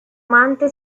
amante